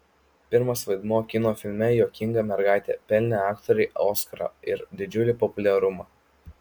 pirmas vaidmuo kino filme juokinga mergaitė pelnė aktorei oskarą ir didžiulį populiarumą